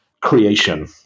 creation